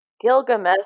Gilgamesh